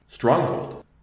Stronghold